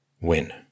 win